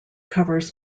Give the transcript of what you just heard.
covers